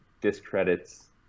discredits